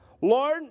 Lord